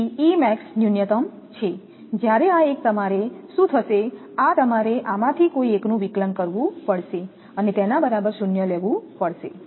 તેથી E max ન્યૂનતમ છે જ્યારે આ એક તમારે શું થશે આ તમારે આમાંથી કોઈ એકનું વિકલન કરવું પડશે અને તેના બરાબર 0 લેવું પડશે